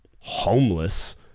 homeless